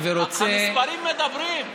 המספרים מדברים.